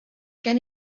gen